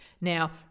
Now